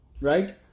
Right